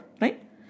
Right